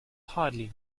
hardly